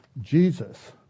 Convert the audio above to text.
Jesus